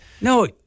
No